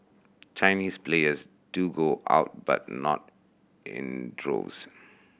Chinese players do go out but not in droves